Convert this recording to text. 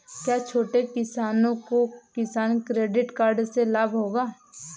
क्या छोटे किसानों को किसान क्रेडिट कार्ड से लाभ होगा?